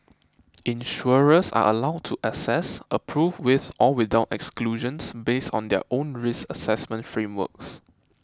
insurers are allowed to assess approve with or without exclusions based on their own risk assessment frameworks